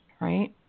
right